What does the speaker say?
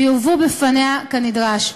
ויובאו בפניה כנדרש.